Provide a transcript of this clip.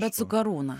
bet su karūna